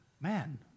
Man